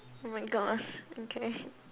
oh my gosh okay